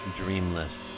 dreamless